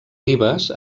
ribes